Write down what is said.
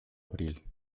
abril